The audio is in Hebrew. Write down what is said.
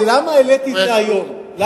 ולמה העליתי היום,